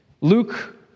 Luke